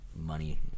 money